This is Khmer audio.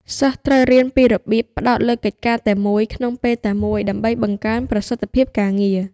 សិស្សត្រូវរៀនពីរបៀបផ្តោតលើកិច្ចការតែមួយក្នុងពេលតែមួយដើម្បីបង្កើនប្រសិទ្ធភាពការងារ។